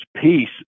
peace